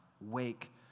wake